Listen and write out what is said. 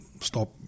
Stop